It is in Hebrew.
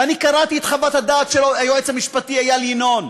ואני קראתי את חוות הדעת של היועץ המשפטי איל ינון,